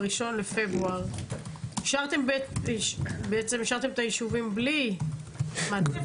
ב-1 בפברואר בעצם השארתם את היישובים בלי מעטפת.